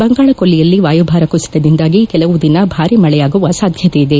ಬಂಗಾಳಕೊಲ್ಲಿಯಲ್ಲಿ ವಾಯುಭಾರ ಕುಸಿತದಿಂದಾಗಿ ಕೆಲವು ದಿನ ಭಾರಿ ಮಳೆಯಾಗುವ ಸಾಧ್ಯತೆಯಿದೆ